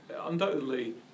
undoubtedly